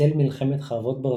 בצל מלחמת חרבות ברזל,